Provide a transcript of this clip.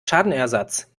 schadenersatz